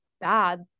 bad